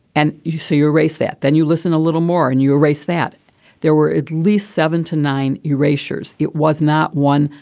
and you say your race that then you listen a little more in and your race, that there were at least seven to nine erasures. it was not one.